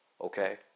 Okay